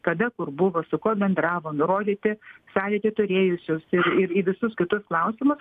kada kur buvo su kuo bendravo nurodyti sąlytį turėjusius ir į visus kitus klausimu